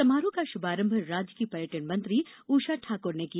समारोह का शुभारंभ राज्य की पर्यटन मंत्री उषा ठाकर ने ने किया